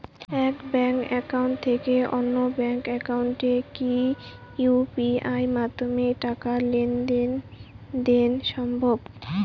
এক bank account থেকে অন্য ব্যাংক একাউন্টে কি ইউ.পি.আই মাধ্যমে টাকার লেনদেন দেন সম্ভব?